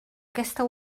aquesta